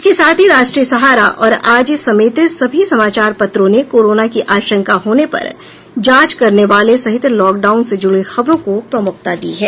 इसके साथ ही राष्ट्रीय सहारा और आज समेत सभी समाचार पत्रों ने कोरोना की आशंका होने पर जांच करबाने सहित लॉकडाउन से जुड़ी खबरों को प्रमुखता दी है